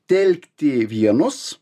telkti vienus